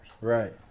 Right